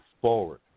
forward